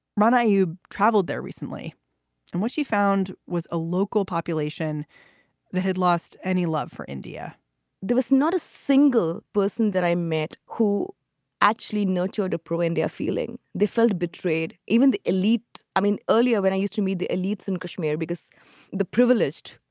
ron, you travelled there recently and what she found was a local population that had lost any love for india there was not a single person that i met who actually know chhota pro-india feeling. they felt betrayed. even the elite i mean, earlier when i used to meet the elites in kashmir because the privileged.